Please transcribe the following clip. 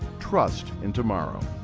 trust in tomorrow.